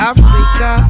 Africa